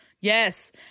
yes